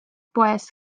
poes